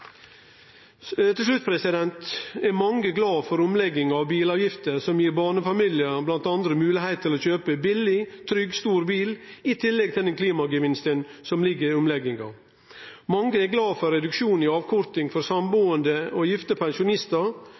Til slutt: Mange er glade for omlegginga av bilavgifter, som bl.a. gir barnefamiliar moglegheit til å kjøpe billigare trygg, stor bil, i tillegg til den klimagevinsten som ligg i omlegginga. Mange er glade for reduksjonen i avkortinga for sambuande og gifte pensjonistar,